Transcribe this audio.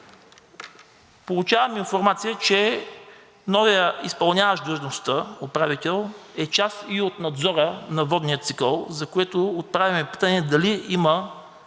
получавам информация, че новият изпълняващ длъжността управител е част и от надзора на водния цикъл, за което отправяме питане дали има